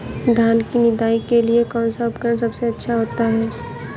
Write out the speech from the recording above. धान की निदाई के लिए कौन सा उपकरण सबसे अच्छा होता है?